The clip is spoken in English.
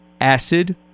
acid